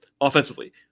offensively